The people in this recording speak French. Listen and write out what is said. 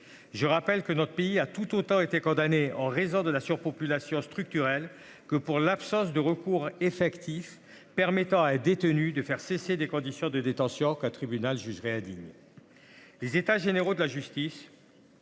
Je rappelle que la France a été condamnée tant en raison d'une surpopulation carcérale structurelle que pour l'absence de recours effectif permettant à un détenu de faire cesser des conditions de détention qu'un tribunal jugerait indignes.